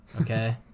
okay